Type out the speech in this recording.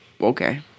okay